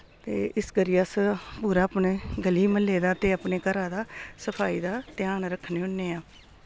ते इस करियै अस पूरा अपने गली म्हल्ले दा ते अपने घरा दा सफाई दा ध्यान रक्खने होन्ने आं